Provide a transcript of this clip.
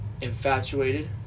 infatuated